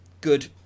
good